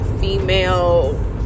female